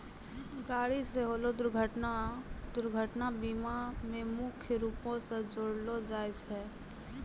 गाड़ी से होलो दुर्घटना दुर्घटना बीमा मे मुख्य रूपो से जोड़लो जाय छै